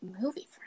movie